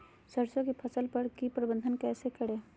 सरसों की फसल पर की प्रबंधन कैसे करें हैय?